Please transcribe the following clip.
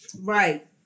Right